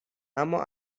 اما